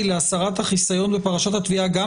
בהצעת חוק חיסיון על טיפול נפשי בתהליכים